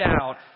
out